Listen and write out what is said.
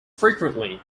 frequently